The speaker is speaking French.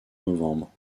novembre